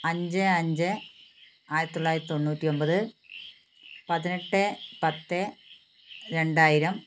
അഞ്ച് അഞ്ച് ആയിരത്തിത്തൊള്ളായിരത്തി തൊണ്ണൂറ്റി ഒമ്പത് പതിനെട്ട് പത്ത് രണ്ടായിരം